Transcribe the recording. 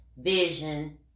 vision